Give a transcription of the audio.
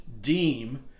deem